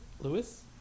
Lewis